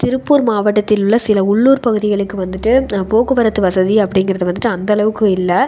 திருப்பூர் மாவட்டத்தில் உள்ள சில உள்ளூர் பகுதிகளுக்கு வந்துட்டு போக்குவரத்துக்கு வசதி அப்படிங்கறது வந்துட்டு அந்த அளவுக்கு இல்லை